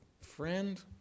friend